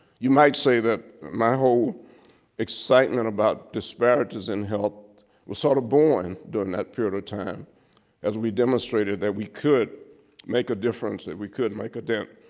you might say that my whole excitement about disparities in health was sort of born during that period of time as we demonstrated that we could make a difference that we could make a dent.